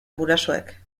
gurasoek